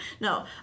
No